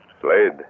Slade